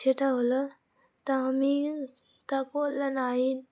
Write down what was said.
সেটা হলো তা আমি